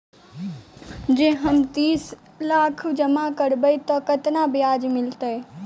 जँ हम तीस लाख जमा करबै तऽ केतना ब्याज मिलतै?